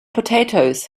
potatoes